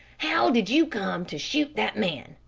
how did you come to shoot that man?